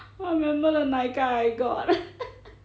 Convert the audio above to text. I remember the 奶盖 I got